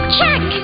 Check